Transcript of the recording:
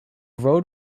road